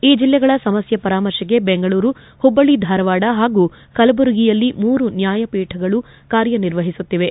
ಈ ಜಿಲ್ಲೆಗಳ ಸಮಸ್ಥೆ ಪರಾಮರ್ತೆಗೆ ಬೆಂಗಳೂರು ಹುಬ್ಬಳ್ಳಿ ಧಾರವಾಡ ಹಾಗೂ ಕಲಬುರಗಿಯಲ್ಲಿ ಮೂರು ನ್ವಾಯಪೀಠಗಳು ಕಾರ್ಯನಿರ್ವಹಿಸುತ್ತಿವೆ